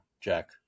Jack